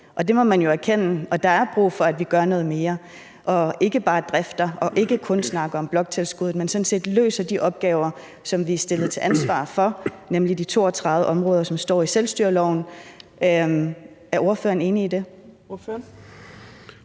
det må man jo erkende. Og der er brug for, at vi gør noget mere, og ikke bare drifter og ikke kun snakker om bloktilskuddet, men sådan set løser de opgaver, som vi har hjemtaget ansvaret for, nemlig de 32 områder, som står i selvstyreloven. Er ordføreren enig i det?